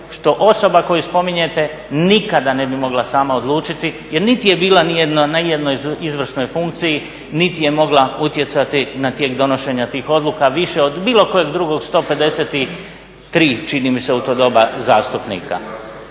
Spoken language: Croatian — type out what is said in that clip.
što osoba koju spominjete nikada ne bi mogla sama odlučiti jer niti je bila na nijednoj izvršnoj funkciji niti je mogla utjecati na tijek donošenja tih odluka više od bilo kojeg drugog 153 čini mi se u to doba zastupnika.